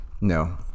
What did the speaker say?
No